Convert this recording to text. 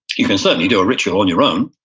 you can certainly do a ritual on your own,